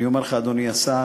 אני אומר לך, אדוני השר,